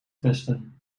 testen